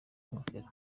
ingofero